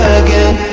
again